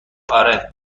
آره